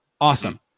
Awesome